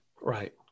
right